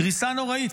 קריסה נוראית,